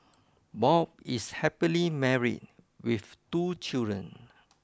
Bob is happily married with two children